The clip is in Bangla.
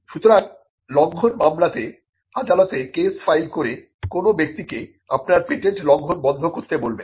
সুতরাং লংঘন মামলাতে আদালতে কেস ফাইল করে কোন ব্যক্তিকে আপনার পেটেন্ট লংঘন বন্ধ করতে বলবেন